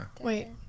Wait